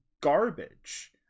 garbage